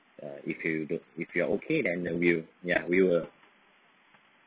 uh if you d~ if you are okay then we'll ya we will